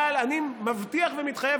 אבל אני מבטיח ומתחייב,